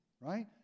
Right